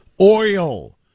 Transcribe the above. Oil